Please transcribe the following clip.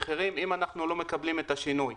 מחירים אם אנחנו לא מקבלים את השינוי.